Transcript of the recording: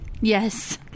Yes